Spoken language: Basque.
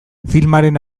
filmaren